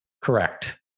Correct